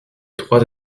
trois